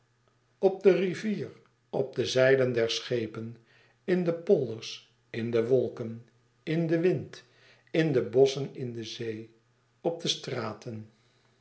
op de rivier op de zeilen der schepen in de polders in de wolken in den wind in de bosschen in de zee op de straten